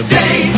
day